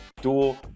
dual